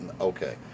okay